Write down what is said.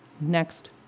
Next